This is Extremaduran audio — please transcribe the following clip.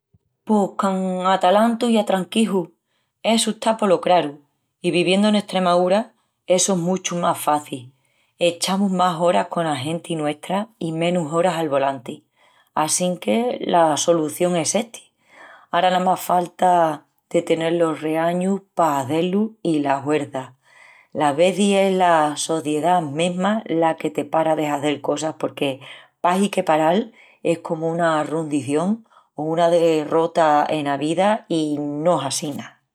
Pos con atalantu i atranquiju, essu está polo craru. I viviendu n’Estremaúra essu es muchu más faci, echamus mas oras cona genti nuestra i menus oras al volanti. Assinque la solución essesti, ara namás falta de tenel los reañus pa hazé-lu i la huerça las vezis es la sociedá mesma la que te para de hazel cosas porque pahi que paral es comu una rundición o una derrota ena vida, i no es assina.